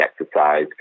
exercise